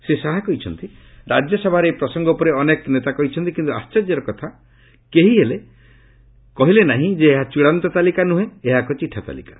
ଶ୍ରୀ ଶାହା କହିଛନ୍ତି ରାଜ୍ୟସଭାରେ ଏହି ପ୍ରସଙ୍ଗ ଉପରେ ଅନେକ ନେତା କହିଛନ୍ତି କିନ୍ତୁ ଆଶ୍ଚର୍ଯ୍ୟର ବିଷୟ କେହି ହେଲେ କହିଲେ ନାହିଁ ଯେ ଏହା ଚୃଡ଼ାନ୍ତ ତାଳିକା ନୁହେଁ ଏହା ଏକ ଚିଠା ତାଲିକା